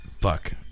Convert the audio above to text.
fuck